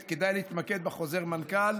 כדאי להתמקד בחוזר מנכ"ל: